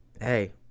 hey